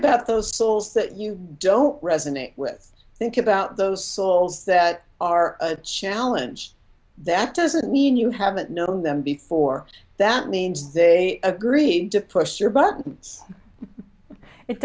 about those souls that you don't resonate with think about those souls that are a challenge that doesn't mean you haven't known them before that means they agreed to push your buttons it